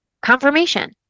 Confirmation